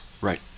Right